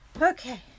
Okay